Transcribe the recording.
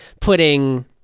putting